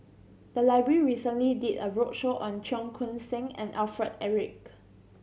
the library recently did a roadshow on Cheong Koon Seng and Alfred Eric